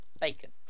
Bacon